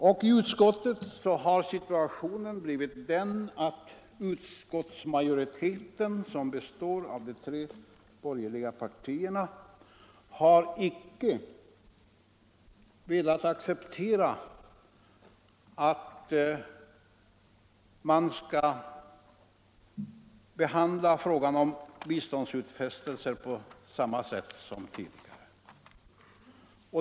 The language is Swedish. Och nu har situationen i utskottet blivit den att majoriteten, som består av de tre borgerliga partierna, inte har velat acceptera att frågan om biståndsutfästelser skall behandlas på samma sätt som tidigare.